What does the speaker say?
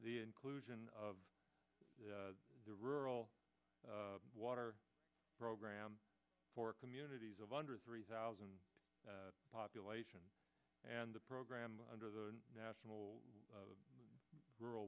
the inclusion of the rural water program for communities of under three thousand population and the program under the national rural